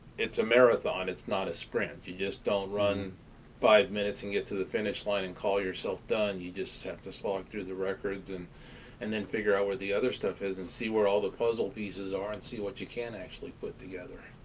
a marathon, it's not a sprint you just don't run five minutes and get to the finish line and call yourself done. you just have to slog through the records and and then figure out where the other stuff is and see where all the puzzle pieces are, and see what you can actually put together.